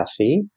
Safi